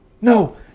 No